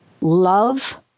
love